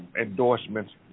endorsements